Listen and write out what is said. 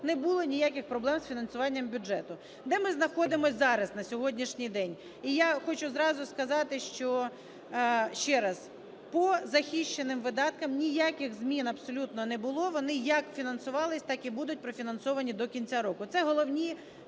не було ніяких проблем з фінансуванням бюджету. Де ми знаходимось зараз на сьогоднішній день. І я хочу зразу сказати, що… Ще раз, по захищеним видаткам ніяких змін абсолютно не було. Вони як фінансувались, так і будуть профінансовані до кінця року. Це головні